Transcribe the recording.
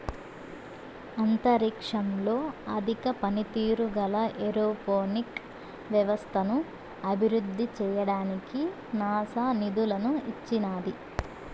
అంతరిక్షంలో అధిక పనితీరు గల ఏరోపోనిక్ వ్యవస్థను అభివృద్ధి చేయడానికి నాసా నిధులను ఇచ్చినాది